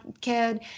kid